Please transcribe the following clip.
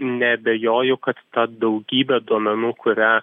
neabejoju kad ta daugybė duomenų kurią